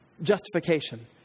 justification